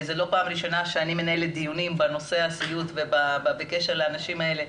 זו לא פעם ראשונה שאני מנהלת דיונים בנושא הסיעוד ובקשר לאנשים האלה,